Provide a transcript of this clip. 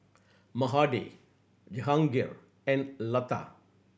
Mahade Jehangirr and Lata